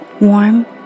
warm